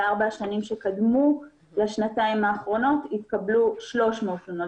בארבע השנים שקדמו לשנתיים האחרונות התקבלו 300 תלונות.